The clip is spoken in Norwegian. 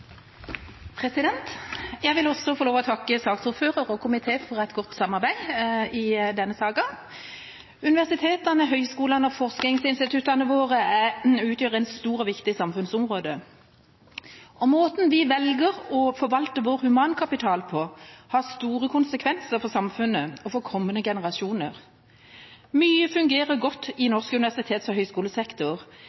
til. Jeg vil også få lov til å takke saksordføreren og komiteen for et godt samarbeid i denne saken. Universitetene, høyskolene og forskningsinstituttene våre utgjør et stort og viktig samfunnsområde. Måten vi velger å forvalte vår humankapital på, har store konsekvenser for samfunnet og for kommende generasjoner. Mye fungerer godt i norsk universitets- og høyskolesektor,